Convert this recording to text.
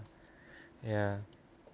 ya